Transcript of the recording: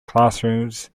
classrooms